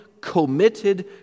committed